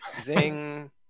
Zing